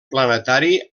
planetari